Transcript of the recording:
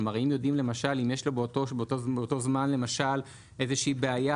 כלומר האם יודעים למשל אם יש לו באותו זמן איזה שהיא בעיה,